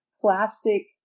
plastic